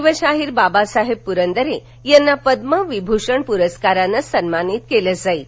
शिवशाहीर बाबासाहेब पुरंदरे यांना पद्म विभूषण पुरस्कारानं सन्मानित करण्यात येणार आहे